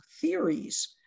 theories